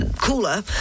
cooler